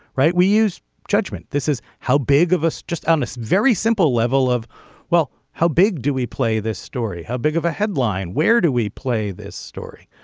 right. we use judgment. this is how big of us just honest very simple level of well. how big do we play this story. story. how big of a headline. where do we play this story.